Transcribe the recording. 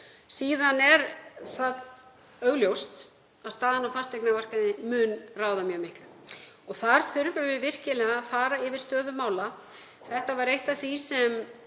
Síðan er augljóst að staðan á fasteignamarkaði mun ráða mjög miklu. Þar þurfum við virkilega að fara yfir stöðu mála. Þetta var eitt af því sem